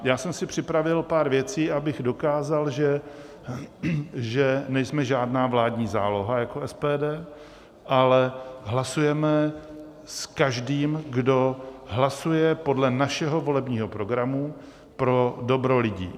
Já jsem si připravil pár věcí, abych dokázal, že nejsme žádná vládní záloha jako SPD, ale hlasujeme s každým, kdo hlasuje podle našeho volebního programu pro dobro lidí.